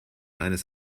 eines